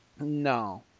no